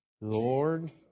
Lord